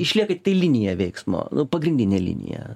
išlieka tai linija veiksmo pagrindinė linija